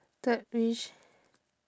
third wish